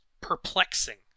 perplexing